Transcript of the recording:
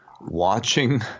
watching